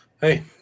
hey